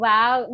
Wow